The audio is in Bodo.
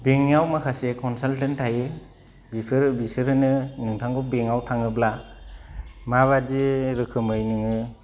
बेंकाव माखासे कनसाल्टेन्ट थायो बिफोरो बिसोरनो नोंथांखौ बेंकाव थाङोब्ला माबादि रोखोमै नोङो